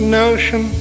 notion